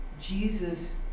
Jesus